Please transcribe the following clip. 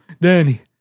Danny